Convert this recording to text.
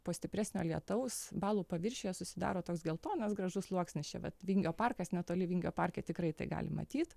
po stipresnio lietaus balų paviršiuje susidaro toks geltonas gražus sluoksnis čia vat vingio parkas netoli vingio parke tikrai tai galim matyt